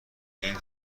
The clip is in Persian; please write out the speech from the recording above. این